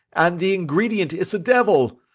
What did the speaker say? and the ingredient is a devil.